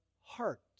heart